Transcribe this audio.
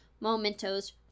mementos